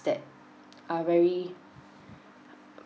that are very